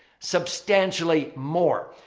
substantially more.